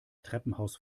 treppenhaus